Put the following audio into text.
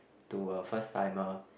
to her first timer